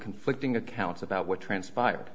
conflicting accounts about what transpired